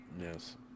Yes